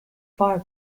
far